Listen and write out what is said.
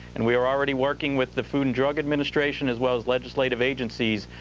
and we're already working with the food and drug administration, as well as legislative agencies,